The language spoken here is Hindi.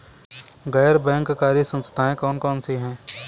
गैर बैंककारी संस्थाएँ कौन कौन सी हैं?